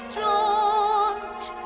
George